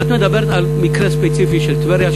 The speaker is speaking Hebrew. את מדברת על מקרה ספציפי של טבריה,